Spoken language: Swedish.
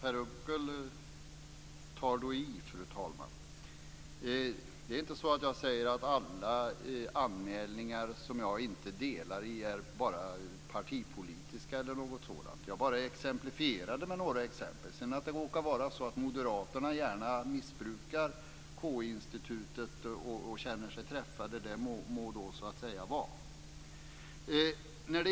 Fru talman! Per Unckel tar då i. Det är inte så att jag säger att alla anmälningar som jag inte har samma uppfattning om bara är partipolitiska eller något sådant. Jag gav bara några exempel. Att det sedan råkar vara så att moderaterna gärna missbrukar KU institutet och känner sig träffade må så vara.